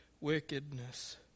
wickedness